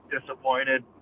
disappointed